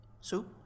Soup